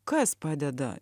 kas padeda